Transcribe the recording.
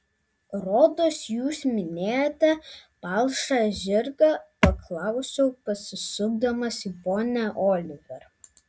rodos jūs minėjote palšą žirgą paklausiau pasisukdamas į ponią oliver